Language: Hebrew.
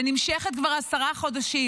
שנמשכת כבר עשרה חודשים,